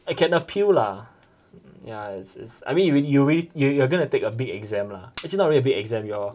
can appeal lah ya it's it's I mean you you really you you're gonna take a big exam lah actually not really a big exam your